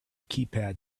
keypad